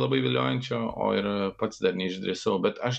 labai viliojančio o ir pats dar neišdrįsau bet aš